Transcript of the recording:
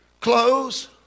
clothes